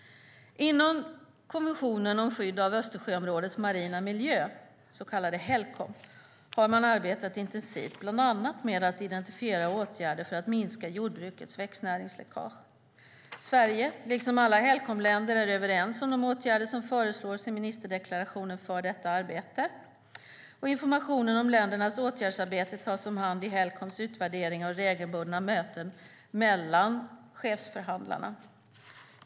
Inom konventionen om skydd av Östersjöområdets marina miljö, Helcom, har man arbetat intensivt bland annat med att identifiera åtgärder för att minska jordbrukets växtnäringsläckage. Sverige, liksom alla Helcomländer, är överens om de åtgärder som föreslås i ministerdeklarationen för detta arbete. Informationen om ländernas åtgärdsarbete tas om hand i Helcoms utvärderingar och regelbundna möten mellan chefsförhandlarna.